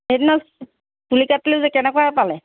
সেইদিনা চুলি কাটিলোঁ যে কেনেকুৱা পালে